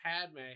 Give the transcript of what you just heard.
Padme